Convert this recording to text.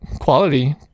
quality